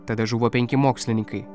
tada žuvo penki mokslininkai